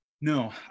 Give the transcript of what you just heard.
no